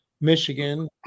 Michigan